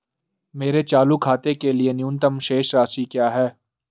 मेरे चालू खाते के लिए न्यूनतम शेष राशि क्या है?